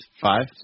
Five